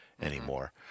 anymore